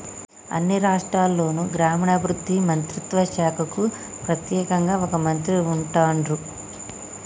అన్ని రాష్ట్రాల్లోనూ గ్రామీణాభివృద్ధి మంత్రిత్వ శాఖకు ప్రెత్యేకంగా ఒక మంత్రి ఉంటాన్రు